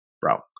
bro